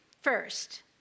First